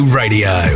radio